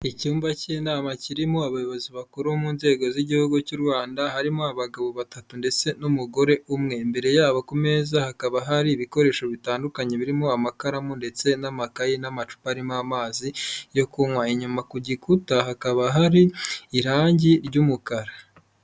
Icyumba cy'inama kirimo abayobozi bakuru mu nzego z'igihugu cy'u Rwanda, harimo abagabo batatu ndetse n'umugore umwe, imbere yabo ku meza hakaba hari ibikoresho bitandukanye birimo amakaramu ndetse n'amakayi n'amacupa arimo amazi yo kunywa, inyuma ku gikuta hakaba hari irangi ry'umukara.